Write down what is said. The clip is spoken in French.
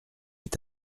est